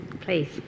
please